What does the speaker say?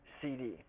CD